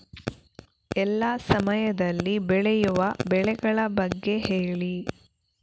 ಎಲ್ಲಾ ಸಮಯದಲ್ಲಿ ಬೆಳೆಯುವ ಬೆಳೆಗಳ ಬಗ್ಗೆ ಹೇಳಿ